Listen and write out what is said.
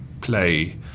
play